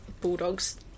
Bulldog's